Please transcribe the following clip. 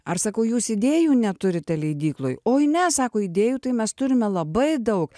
ar sakau jūs idėjų neturite leidykloj oi ne sako idėjų tai mes turime labai daug